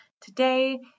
Today